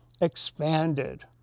expanded